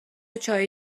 چایی